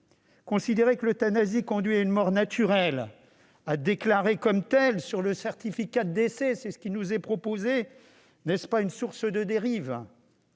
Considérer que l'euthanasie conduit à une mort naturelle, à déclarer comme telle sur le certificat de décès, n'est-ce pas une source de dérive ?